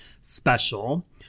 Special